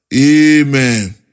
Amen